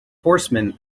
horseman